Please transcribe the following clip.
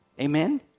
Amen